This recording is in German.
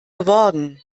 geworden